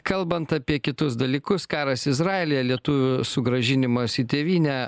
kalbant apie kitus dalykus karas izraely lietuvių sugrąžinimas į tėvynę